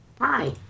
Hi